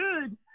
good